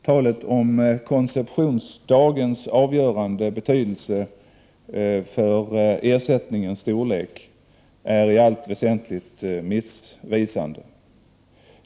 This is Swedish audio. Talet om konceptionsdagens avgörande betydelse för ersättningens storlek är i allt väsentligt missvisande.